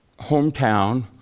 hometown